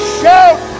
shout